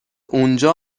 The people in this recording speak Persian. اونجا